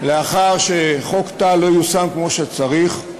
לאחר שחוק טל לא יושם כמו שצריך,